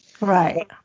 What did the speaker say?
Right